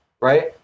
right